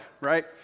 right